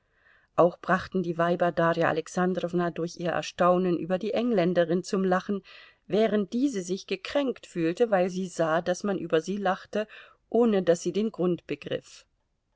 auch brachten die weiber darja alexandrowna durch ihr erstaunen über die engländerin zum lachen während diese sich gekränkt fühlte weil sie sah daß man über sie lachte ohne daß sie den grund begriff